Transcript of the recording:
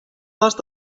was